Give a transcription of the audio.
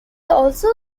also